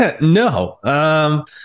No